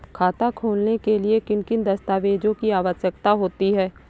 खाता खोलने के लिए किन दस्तावेजों की आवश्यकता होती है?